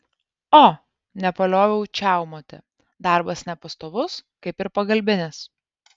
o nepalioviau čiaumoti darbas nepastovus kaip ir pagalbinis